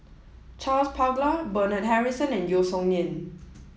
Charles Paglar Bernard Harrison and Yeo Song Nian